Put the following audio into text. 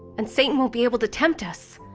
and satan won't be able to tempt us.